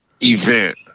event